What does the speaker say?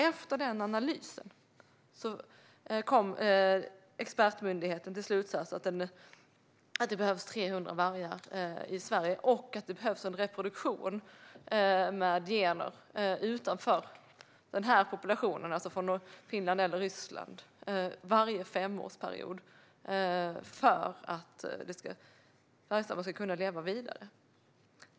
Efter deras analys kom expertmyndigheten till slutsatsen att det behövs 300 vargar i Sverige och en reproduktion av gener från populationer från Finland eller Ryssland varje femårsperiod för att vargstammen ska kunna leva vidare.